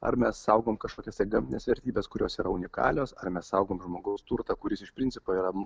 ar mes saugom kažkokias tai gamtines vertybes kurios yra unikalios ar mes saugom žmogaus turtą kuris iš principo yra